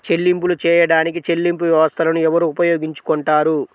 చెల్లింపులు చేయడానికి చెల్లింపు వ్యవస్థలను ఎవరు ఉపయోగించుకొంటారు?